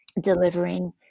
delivering